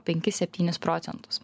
penkis septynis procentus